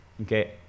okay